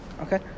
okay